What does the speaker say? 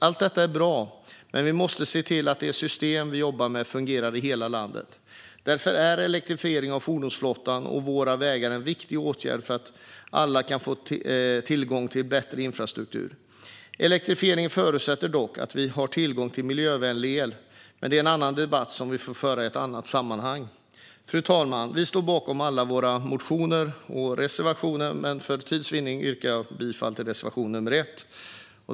Allt detta är bra, men vi måste se till att de system vi jobbar med fungerar i hela landet. Därför är elektrifiering av fordonsflottan och våra vägar en viktig åtgärd för att alla ska få tillgång till bättre infrastruktur. Elektrifiering förutsätter dock att vi har tillgång till miljövänlig el, men det är en annan debatt som vi får föra i ett annat sammanhang. Fru talman! Vi står bakom alla våra motioner och reservationer, men för tids vinnande yrkar jag bifall endast till reservation nr 1.